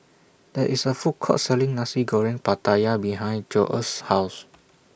There IS A Food Court Selling Nasi Goreng Pattaya behind Jose's House